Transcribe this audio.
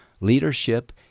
Leadership